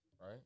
right